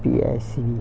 P_S_C_V